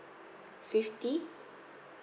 fifty